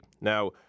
Now